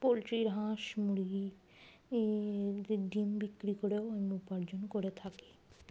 পোলট্রির হাঁস মুরগি এই যে ডিম বিক্রি করেও অন্য উপার্জন করে থাকি